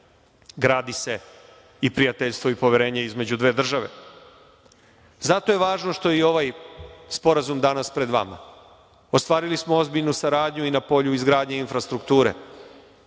gradi se i prijateljstvo i poverenje između dve države. Zato je važno što je ovaj sporazum danas pred vama. Ostvarili smo ozbiljnu saradnju i na polju izgradnje infrastrukture.